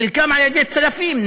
חלקם על-ידי צלפים.